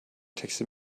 texte